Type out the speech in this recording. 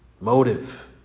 motive